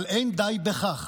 אבל אין די בכך,